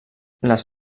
les